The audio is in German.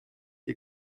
dir